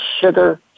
sugar